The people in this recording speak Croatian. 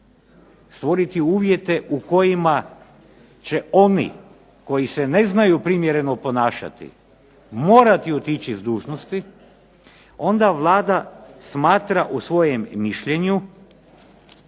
stvoriti uvjete u kojima će oni koji se ne znaju primjereno ponašati morati otići s dužnosti, onda Vlada smatra u svojem mišljenju